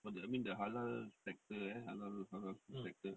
all the I mean the halal sector halal food sector